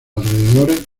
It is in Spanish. alrededores